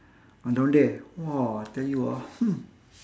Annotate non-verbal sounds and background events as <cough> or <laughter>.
ah down there !wah! I tell you ah <noise>